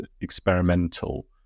experimental